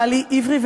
בעלי עברי,